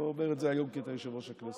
אני לא אומר את זה היום כי אתה יושב-ראש הכנסת.